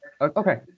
Okay